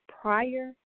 prior